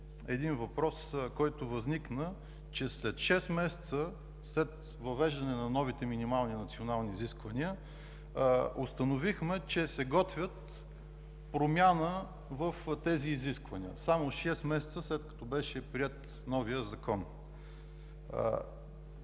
един въпрос, който възникна – 6 месеца след въвеждането на новите минимални национални изисквания установихме, че се готви промяна в тези изисквания. Само шест месеца, след като беше приет новият закон.